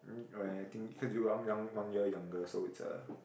um oh ya I think cause you young one year younger so it's a